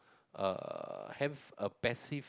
uh have a passive